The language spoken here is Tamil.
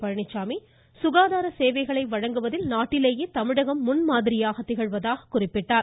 பழனிச்சாமி சுகாதார சேவைகளை வழங்குவதில் நாட்டிலேயே தமிழகம் முன் மாதிரியாக திகழ்வதாக குறிப்பிட்டார்